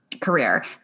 career